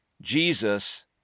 Jesus